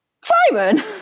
Simon